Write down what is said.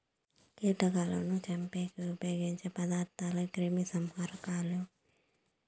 కీటకాలను చంపేకి ఉపయోగించే పదార్థాలే క్రిమిసంహారకాలు